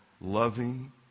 Loving